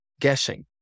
guessing